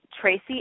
Tracy